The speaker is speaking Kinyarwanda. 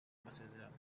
amasezerano